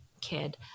kid